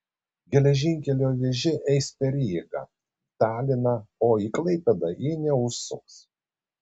geležinkelio vėžė eis per ryga taliną o į klaipėdą ji neužsuks